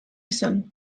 izan